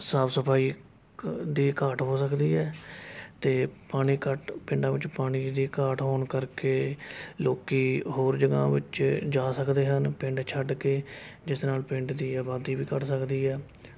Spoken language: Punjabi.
ਸਾਫ਼ ਸਫਾਈ ਕ ਦੀ ਘਾਟ ਹੋ ਸਕਦੀ ਹੈ ਅਤੇ ਪਾਣੀ ਘੱਟ ਪਿੰਡਾਂ ਵਿੱਚ ਪਾਣੀ ਦੀ ਘਾਟ ਹੋਣ ਕਰਕੇ ਲੋਕ ਹੋਰ ਜਗ੍ਹਾ ਵਿੱਚ ਜਾ ਸਕਦੇ ਹਨ ਪਿੰਡ ਛੱਡ ਕੇ ਜਿਸ ਨਾਲ਼ ਪਿੰਡ ਦੀ ਆਬਾਦੀ ਵੀ ਘੱਟ ਸਕਦੀ ਹੈ